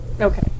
Okay